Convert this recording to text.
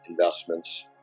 investments